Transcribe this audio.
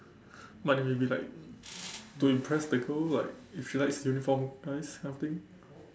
but it may be like to impress the girl like if she like uniform guys that kind of thing